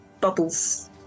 bubbles